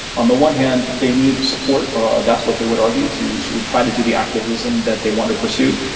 on the one hand they need support, or that's what they would argue, to sort of try to do the activism that they want to pursue.